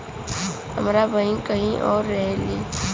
हमार बहिन कहीं और रहेली